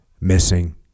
missing